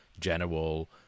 general